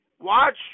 Watch